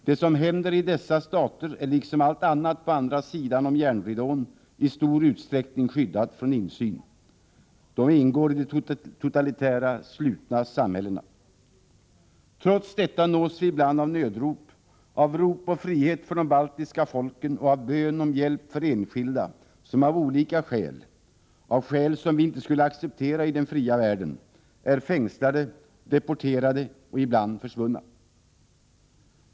Det som händer i dessa stater är liksom allt annat på andra sidan järnridån i stor utsträckning skyddat från insyn. Det ingår i de totalitära, slutna samhällena. Trots detta nås vi ibland av nödrop; av rop på frihet för de baltiska folken och av bön om hjälp för enskilda som av olika skäl — skäl som vi inte skulle acceptera i den fria världen — är fängslade, deporterade och ibland försvunna.